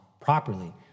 properly